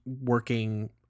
working